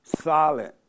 solid